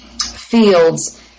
fields